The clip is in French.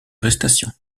prestations